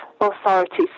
authorities